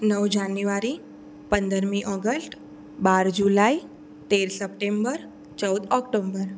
નવ જાન્યુઆરી પંદરમી ઓગસ્ત બાર જુલાઈ તેર સપ્ટેમ્બર ચૌદ ઓકટોમ્બર